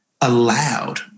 allowed